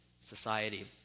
society